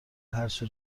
هرچه